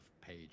page